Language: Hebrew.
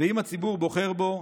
ואם הציבור בוחר בו,